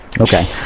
Okay